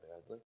badly